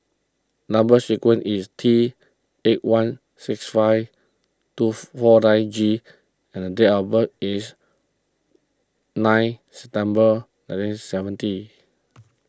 Number Sequence is T eight one six five two four nine G and date of birth is nine September nineteen seventy